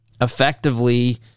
effectively